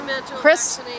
Chris